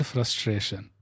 Frustration